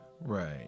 right